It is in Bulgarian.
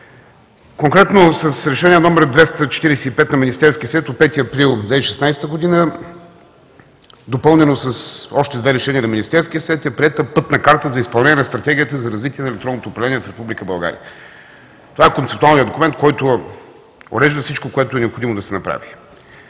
Конкретно, с Решение № 245 на Министерския съвет от 5 април 2016 г., допълнено с още две решения на Министерския съвет, е приета Пътна карта за изпълнение на Стратегията за развитие на електронното управление в Република България. Това е концептуалният документ, който урежда всичко, което е необходимо да се направи.